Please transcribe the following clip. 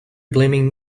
blaming